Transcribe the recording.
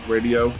Radio